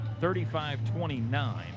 35-29